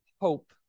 hope